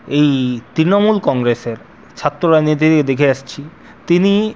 এই তৃণমূল কংগ্রেসের ছাত্র রাজনীতি থেকে দেখে আসছি তিনি